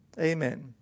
amen